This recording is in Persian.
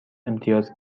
امتیاز